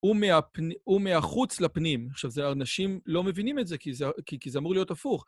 ומהחוץ לפנים. עכשיו, אנשים לא מבינים את זה, כי זה אמור להיות הפוך.